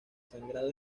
sangrado